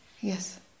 Yes